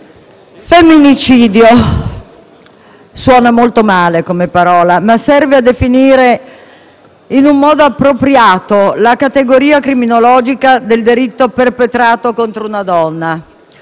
«femminicidio» suona molto male come parola, ma serve a definire in un modo appropriato la categoria criminologica del delitto perpetrato contro una donna;